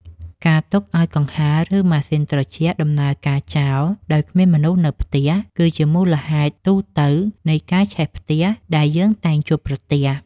ការទុកឱ្យកង្ហារ ឬម៉ាស៊ីនត្រជាក់ដំណើរការចោលដោយគ្មានមនុស្សនៅផ្ទះ គឺជាមូលហេតុទូទៅនៃការឆេះផ្ទះដែលយើងតែងជួបប្រទះ។